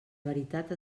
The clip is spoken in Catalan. veritat